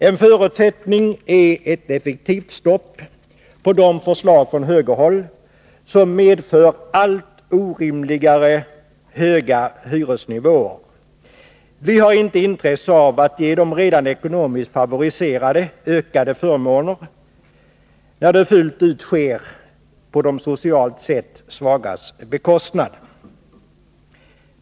En förutsättning är ett effektivt stopp på de förslag från högerhåll som medför allt orimligare höga hyresnivåer. Vi har inte intresse av att ge de redan ekonomiskt favoriserade ökade förmåner när det fullt ut sker på de socialt sett svagas bekostnad.